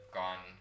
gone